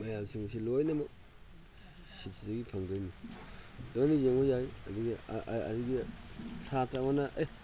ꯃꯌꯥꯝꯁꯤꯡꯁꯤ ꯂꯣꯏꯅꯃꯛ ꯁꯤꯗꯒꯤ ꯐꯪꯗꯣꯏꯅꯤ ꯂꯣꯏꯅ ꯌꯦꯡꯕ ꯌꯥꯏ ꯑꯗꯒꯤ ꯁꯥꯇ꯭ꯔꯥ ꯑꯃꯅ ꯑꯦ